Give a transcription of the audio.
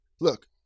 Look